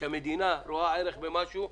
כשהמדינה רואה ערך במשהו,